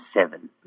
seven